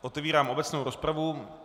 Otevírám obecnou rozpravu.